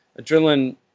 Adrenaline